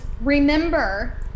remember